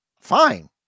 Fine